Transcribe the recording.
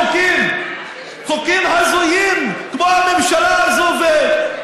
כדי שזה לא יהפוך להסתה.